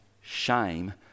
shame